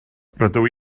rydw